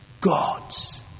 God's